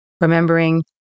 Remembering